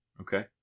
Okay